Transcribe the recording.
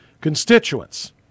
Constituents